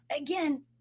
again